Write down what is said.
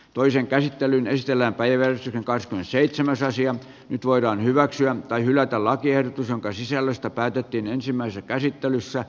toisen käsittelyn estellä päiväys alkaa seitsemäs asian nyt voidaan hyväksyä tai hylätä lakiehdotus jonka sisällöstä päätettiin ensimmäisessä käsittelyssä